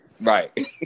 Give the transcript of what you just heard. Right